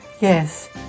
Yes